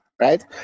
Right